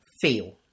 feel